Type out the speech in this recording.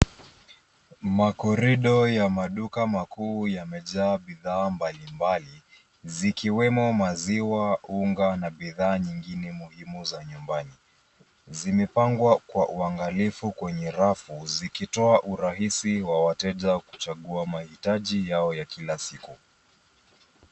Makorido ya maduka makuu yamejaa maduka mbalimbali zikiwemo maziwa, unga na bidhaa zingine muhimu za nyumbani. Zimepangwa kwa uangalifu kwenye rafu zikitoa urahisi wa wateja kuchagua mahitaji yao ya kila siku.